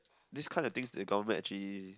this kind of thing the government actually